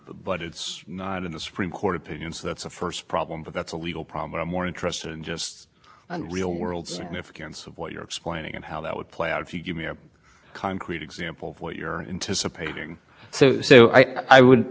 or missouri or wisconsin and we'll show you that model and so we don't have to we don't have to submit or we can submit a plan laying out this this rationale for why we don't have to make any reductions but every state is